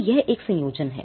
तो यह एक संयोजन है